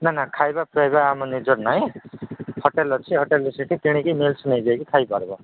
ନା ନା ଖାଇବା ଫାଇବା ଆମ ନିଜର ନାହିଁ ହୋଟେଲ୍ ଅଛି ହୋଟେଲ୍ରେ ସେଠି କିଣିକି ମିଲ୍ ନିଜେ ନେଇ ଯାଇକି ଖାଇ ପାରିବ